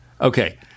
Okay